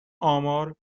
آمار